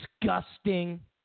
disgusting